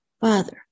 Father